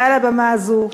מעל הבמה הזאת.